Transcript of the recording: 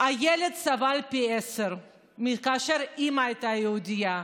הילד סבל פי עשרה מאשר כשהאימא הייתה יהודייה,